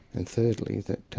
and thirdly that